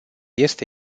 este